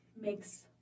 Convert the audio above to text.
makes